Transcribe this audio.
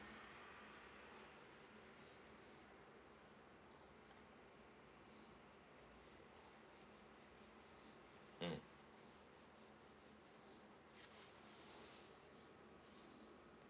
mm